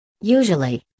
Usually